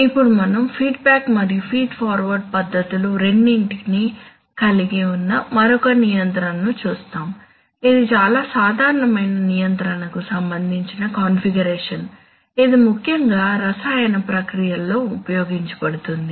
ఇప్పుడు మనం ఫీడ్బ్యాక్ మరియు ఫీడ్ ఫార్వర్డ్ పద్ధతులు రెండింటినీ కలిగి ఉన్న మరొక నియంత్రణను చూస్తాము ఇది చాలా సాధారణమైన నియంత్రణ కు సంబందించిన కాన్ఫిగరేషన్ ఇది ముఖ్యంగా రసాయన ప్రక్రియలలో ఉపయోగించబడుతుంది